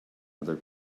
other